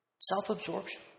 Self-absorption